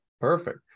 Perfect